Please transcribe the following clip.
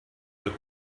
took